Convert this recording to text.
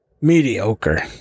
Mediocre